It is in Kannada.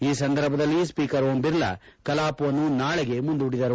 ಈ ಸಂದರ್ಭದಲ್ಲಿ ಸ್ವೀಕರ್ ಓಂ ಬಿರ್ಲಾ ಕಲಾಪವನ್ನು ನಾಳೆಗೆ ಮುಂದೂಡಿದರು